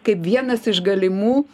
kaip vienas iš galimų